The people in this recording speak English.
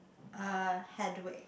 uh Hedwig